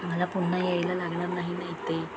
मला पुन्हा यायला लागणार नाही ना इथे